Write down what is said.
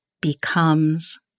becomes